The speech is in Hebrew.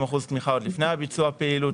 אחוזים תמיכה עוד לפני ביצוע הפעילות.